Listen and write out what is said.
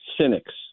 cynics